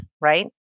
right